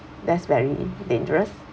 that's very dangerous